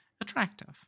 attractive